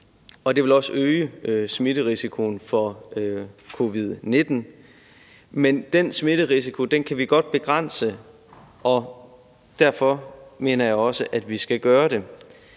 det vil også øge smitterisikoen for covid-19, men den smitterisiko kan vi godt begrænse, og derfor mener jeg også, at vi skal gøre det.